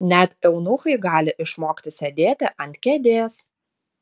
net eunuchai gali išmokti sėdėti ant kėdės